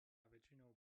väčšinou